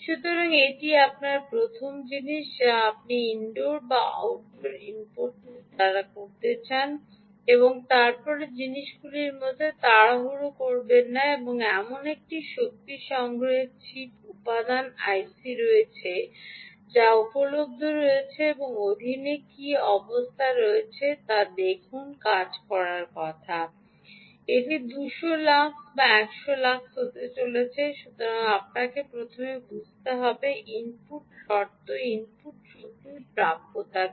সুতরাং এটি আপনার প্রথম জিনিস যা আপনি ইনডোর বা আউটডোর ইনপুটটি করতে চান তা জানতে চান এবং তারপরে জিনিসগুলির মধ্যে তাড়াহুড়ো করবেন না এমন কয়েকটি শক্তি সংগ্রহের চিপ উপাদান আইসি রয়েছে যা উপলব্ধ রয়েছে এবং সেগুলির অধীনে কী অবস্থা রয়েছে তা দেখুন কাজ করার কথা এটি 200 লাক্স এটি কি 1000 লাক্স হতে চলেছে আপনাকে প্রথমে বুঝতে হবে ইনপুট শর্ত ইনপুট শক্তির প্রাপ্যতা কী